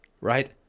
right